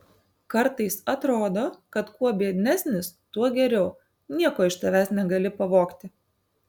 kartais atrodo kad kuo biednesnis tuo geriau nieko iš tavęs negali pavogti